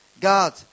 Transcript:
God